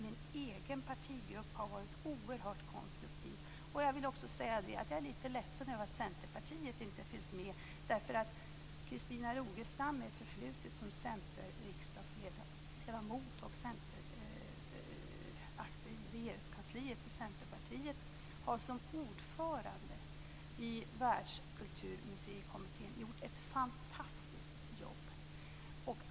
Min egen partigrupp har varit oerhört konstruktiv. Men jag vill också säga att jag är lite ledsen över att Centerpartiet inte finns med, därför att Christina Rogestam, med ett förflutet som centerriksdagsledamot och aktiv i Regeringskansliet för Centerpartiet, har som ordförande i Världskulturmuseikommittén gjort ett fantastiskt jobb.